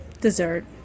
Dessert